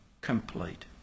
complete